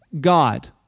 God